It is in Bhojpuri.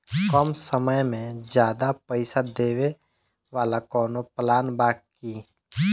कम समय में ज्यादा पइसा देवे वाला कवनो प्लान बा की?